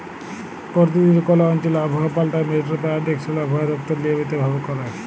পরতিদিল কল অঞ্চলে আবহাওয়া পাল্টায় যেটর পেরডিকশল আবহাওয়া দপ্তর লিয়মিত ভাবে ক্যরে